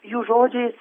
jų žodžiais